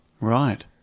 Right